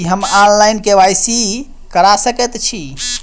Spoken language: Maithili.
की हम ऑनलाइन, के.वाई.सी करा सकैत छी?